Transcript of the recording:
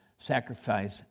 sacrifice